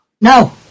no